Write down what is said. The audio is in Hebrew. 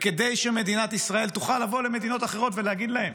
כדי שמדינת ישראל תוכל לבוא למדינות אחרות ולהגיד להן: